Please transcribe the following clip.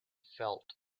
felt